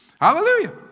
hallelujah